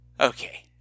Okay